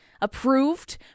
Approved